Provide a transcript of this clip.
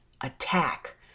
attack